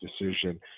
decision